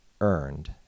earned